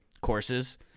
courses